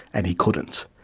and he couldn't.